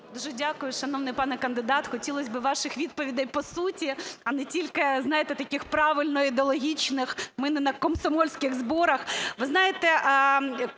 Дуже дякую. Шановний пане кандидат, хотілось би ваших відповідей по суті, а не тільки, знаєте, таких правильно ідеологічних, ми не на комсомольських зборах. Ви знаєте,